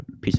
peace